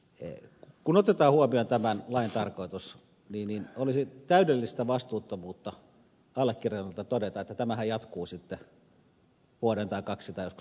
kun otetaan huomioon tämän lain tarkoitus niin olisi täydellistä vastuuttomuutta allekirjoitetulta todeta että tämähän jatkuu sitten vuoden tai kaksi tai joskus tulevaisuudessa